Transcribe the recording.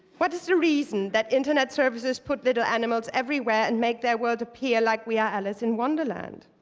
what is the reason that internet services put little animals everywhere and make their world appear like we are alice in wonderland?